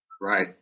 Right